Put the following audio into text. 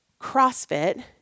CrossFit